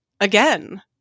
Again